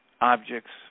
objects